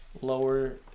lower